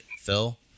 Phil